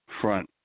front